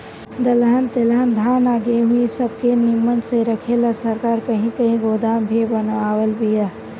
दलहन तेलहन धान आ गेहूँ इ सब के निमन से रखे ला सरकार कही कही गोदाम भी बनवले बिया